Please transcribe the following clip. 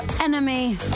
enemy